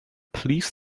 please